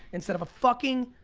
instead of a fucking,